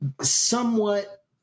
somewhat